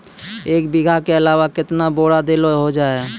एक बीघा के अलावा केतना बोरान देलो हो जाए?